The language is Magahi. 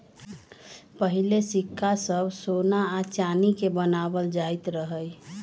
पहिले सिक्का सभ सोना आऽ चानी के बनाएल जाइत रहइ